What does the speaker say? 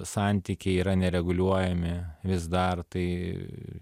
santykiai yra nereguliuojami vis dar tai